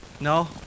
No